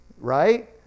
right